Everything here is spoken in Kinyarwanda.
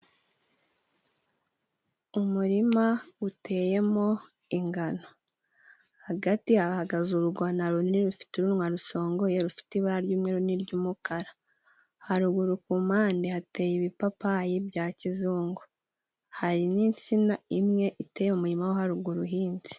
Umurima uteyemo ingano, hagati hahagaze urugona runini rufite urunwa rusongoye, rufite ibara ry'umweru n'iry'umukara. Haruguru ku mpande hateye ibipapayi bya kizungu, hari n'insina imwe iteye mu murima wo haruguru uhinze.